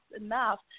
enough